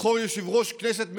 לבחור יושב-ראש כנסת מחדש.